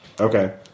Okay